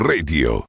Radio